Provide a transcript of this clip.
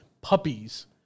puppies